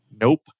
Nope